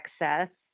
access